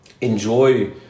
enjoy